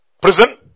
Prison